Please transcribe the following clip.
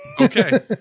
okay